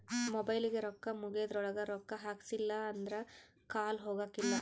ಮೊಬೈಲಿಗೆ ರೊಕ್ಕ ಮುಗೆದ್ರೊಳಗ ರೊಕ್ಕ ಹಾಕ್ಸಿಲ್ಲಿಲ್ಲ ಅಂದ್ರ ಕಾಲ್ ಹೊಗಕಿಲ್ಲ